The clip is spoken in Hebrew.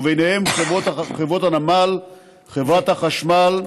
ובהם חברות הנמל וחברת החשמל,